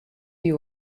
you